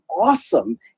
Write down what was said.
awesome